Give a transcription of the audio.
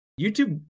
YouTube